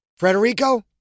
Frederico